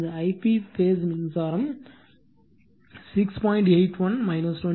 இந்த I p phase மின்சாரம் line மின்சாரம் 6